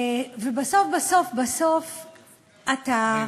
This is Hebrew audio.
ובסוף בסוף בסוף אתה,